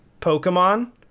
Pokemon